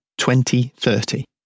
2030